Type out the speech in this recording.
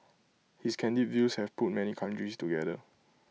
his candid views have put many countries together